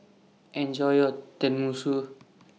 Enjoy your Tenmusu